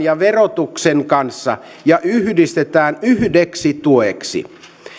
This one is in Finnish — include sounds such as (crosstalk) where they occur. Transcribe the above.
(unintelligible) ja verotuksen kanssa ja yhdistetään yhdeksi tueksi